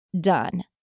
done